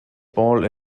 ball